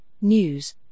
news